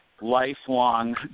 lifelong